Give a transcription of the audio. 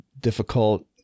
difficult